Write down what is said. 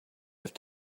have